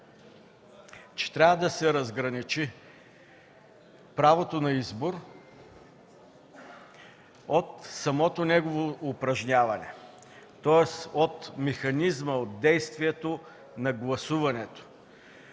че трябва да се разграничи правото на избор от самото негово упражняване, тоест от механизма, от действието на гласуването.